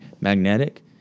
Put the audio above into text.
magnetic